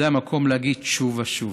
זה המקום להגיד שוב ושוב: